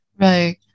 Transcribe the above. Right